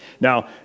Now